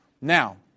Now